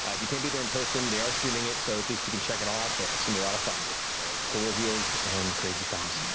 ah if you can't be there in person, they are streaming it so at least you can check it all out there. it's going to be a lot of fun. cool reveals, and crazy stuff.